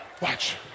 Watch